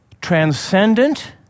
transcendent